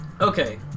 Okay